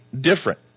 different